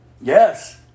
Yes